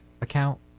account